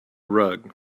rug